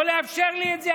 לא לאפשר לי את זה?